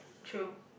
true